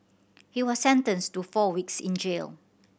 he was sentenced to four weeks in jail